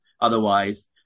Otherwise